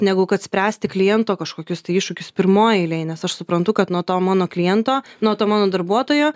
negu kad spręsti kliento kažkokius tai iššūkius pirmoj eilėj nes aš suprantu kad nuo to mano kliento nuo to mano darbuotojo